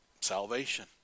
salvation